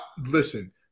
Listen